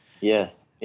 Yes